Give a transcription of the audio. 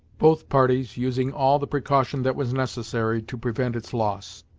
both parties using all the precaution that was necessary to prevent its loss.